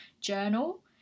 journal